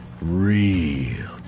Real